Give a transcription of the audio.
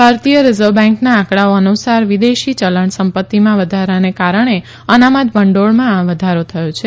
ભારતીય રીઝર્વ બેન્કના આંકડાઓ અનુસાર વિદેશી ચલણ સંપત્તિમાં વધારાને કારણે અનામત ભંડોળમાં આ વધારો થયો છે